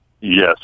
Yes